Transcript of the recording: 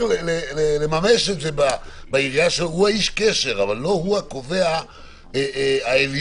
איש הקשר, אבל לא הוא הקובע העליון.